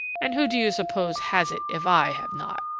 and who do you suppose has it if i have not?